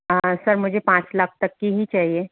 हाँ सर मुझे पाँच लाख तक की ही चाहिए